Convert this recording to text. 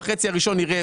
בחצי הראשון נראה